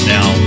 Now